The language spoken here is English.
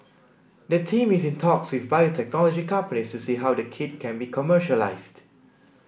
the team is in talks with biotechnology companies to see how the kit can be commercialised